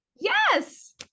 Yes